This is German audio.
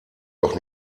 doch